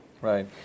Right